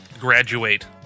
Graduate